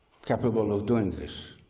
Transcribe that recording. capable of doing this.